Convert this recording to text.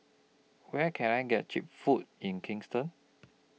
Where Can I get Cheap Food in Kingston